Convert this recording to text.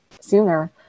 sooner